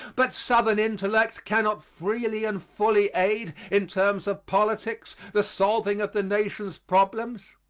but southern intellect cannot freely and fully aid, in terms of politics, the solving of the nation's problems.